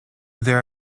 there